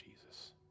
Jesus